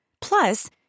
Plus